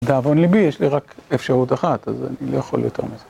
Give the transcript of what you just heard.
לדאבון ליבי, יש לי רק אפשרות אחת, אז אני לא יכול יותר מזה.